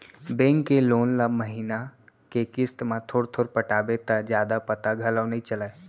bank के loan ल महिना के किस्त म थोर थोर पटाबे त जादा पता घलौ नइ चलय